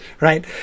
right